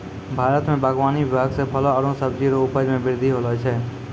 भारत मे बागवानी विभाग से फलो आरु सब्जी रो उपज मे बृद्धि होलो छै